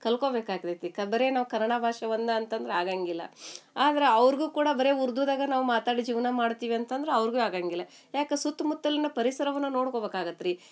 ಕಲ್ತ್ಕೋಬೇಕಾಗ್ತೈತಿ ಕ ಬರೇ ನಾವು ಕನ್ನಡ ಭಾಷೆ ಒಂದೇ ಅಂತಂದ್ರೆ ಆಗೋಂಗಿಲ್ಲ ಆದ್ರೆ ಅವ್ರಿಗೂ ಕೂಡ ಬರೇ ಉರ್ದುದಾಗೆ ನಾವು ಮಾತಾಡಿ ಜೀವನ ಮಾಡ್ತೀವಿ ಅಂತಂದ್ರೆ ಅವ್ರಿಗೂ ಆಗೋಂಗಿಲ್ಲ ಯಾಕೆ ಸುತ್ತಮುತ್ತಲಿನ ಪರಿಸರವನ್ನು ನೋಡ್ಕೋಬೇಕಾಗತ್ತೆ ರೀ